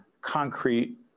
concrete